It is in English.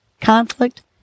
conflict